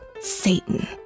Satan